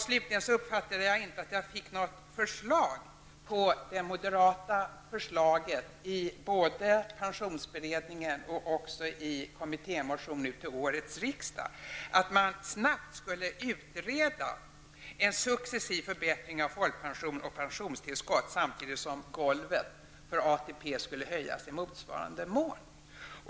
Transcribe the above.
Slutligen uppfattade jag inte att jag fick någon kommentar till det moderata förslaget i både pensionsberedningen och i kommittémotionen till årets riksdag om att man snabbt skulle utreda en successiv förbättring av folkpensionerna och pensionstillskotten samtidigt som golvet för ATP skulle höjas i motsvarande mån.